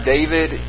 David